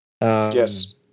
Yes